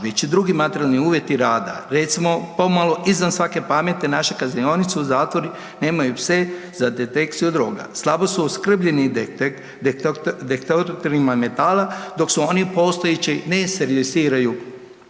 već i drugi materijalni uvjeti rada, recimo pomalo izvan svake pameti naše kaznionice i zatvori nemaju pse za detekciju droga, slabo su opskrbljeni detektorima metala dok se oni postojeći ne servisiraju